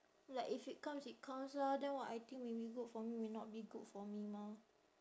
like if it comes it comes lah then what I think may be good for me may not be good for me mah